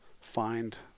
find